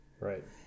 right